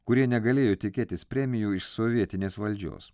kurie negalėjo tikėtis premijų iš sovietinės valdžios